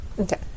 Okay